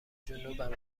جنوبم